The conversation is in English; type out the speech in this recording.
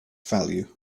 value